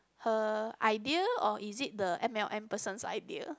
her idea or is it the M_L_M person's idea